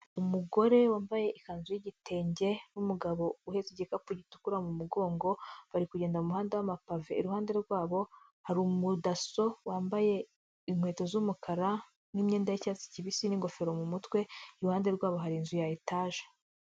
Umugore wambaye ikanzu y'igitenge n'umugabo uhetse igikapu gitukura mu mugongo bari kugenda mu muhanda w'amapave, iruhande rwabo hari umudaso wambaye inkweto z'umukara n'imyenda y'cyatsi kibisi n'ingofero mu mutwe, iruhande rwabo hari inzu ya etaje.